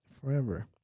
forever